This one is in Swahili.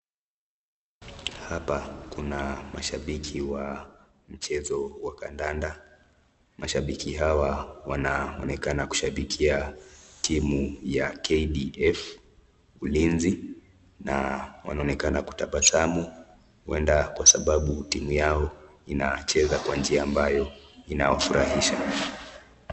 Hapa Kuna mashabiki wa mchezo wa kandanda, mashabiki Hawa wanaonekana kushabikia timu ya kdf ulinzi na wanaonekana kutabasamu huenda ni kwa sababu timu yao inacheza kwa njia ambayo inawafirahisha.